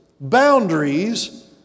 boundaries